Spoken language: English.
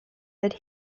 that